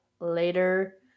later